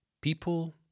people